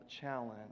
challenge